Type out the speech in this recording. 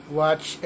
watch